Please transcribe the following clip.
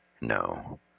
No